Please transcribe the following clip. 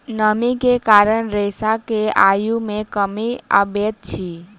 नमी के कारण रेशा के आयु मे कमी अबैत अछि